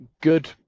good